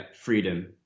freedom